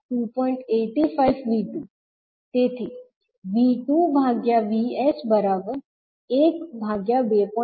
518V2 0